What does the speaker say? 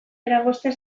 eragozten